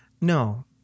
no